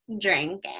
drinking